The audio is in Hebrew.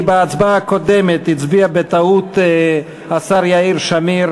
כי בהצבעה הקודמת הצביעו בטעות השר יאיר שמיר